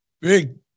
big